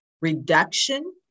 Reduction